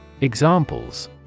Examples